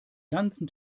ganzen